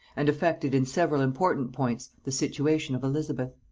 and affected in several important points the situation of elizabeth.